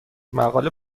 مقاله